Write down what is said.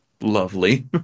Lovely